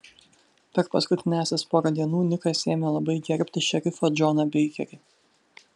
per paskutiniąsias porą dienų nikas ėmė labai gerbti šerifą džoną beikerį